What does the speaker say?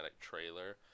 trailer